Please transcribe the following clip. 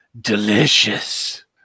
delicious